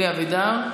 אלי אבידר.